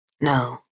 No